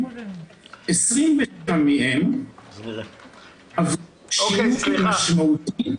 20 מהם עברו שינוי משמעותי.